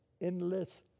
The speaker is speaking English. endless